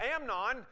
Amnon